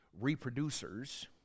reproducers